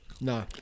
No